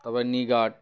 তবে knee guard